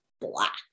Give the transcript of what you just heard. black